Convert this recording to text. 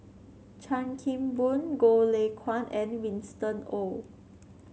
Chan Kim Boon Goh Lay Kuan and Winston Oh